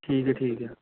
ਠੀਕ ਆ ਠੀਕ ਆ